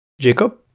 Jacob